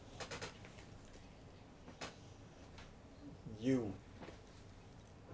you